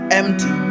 empty